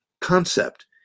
concept